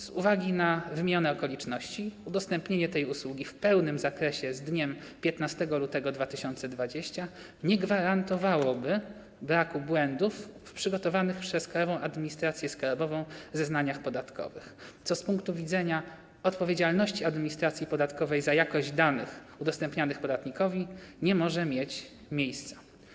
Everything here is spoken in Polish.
Z uwagi na wymienione okoliczności udostępnienie tej usługi w pełnym zakresie z dniem 15 lutego 2020 r. nie gwarantowałoby braku błędów w przygotowanych przez Krajową Administrację Skarbową zeznaniach podatkowych, co z punktu widzenia odpowiedzialności administracji podatkowej za jakość danych udostępnianych podatnikowi nie może mieć miejsca.